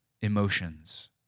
emotions